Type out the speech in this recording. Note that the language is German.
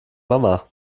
mama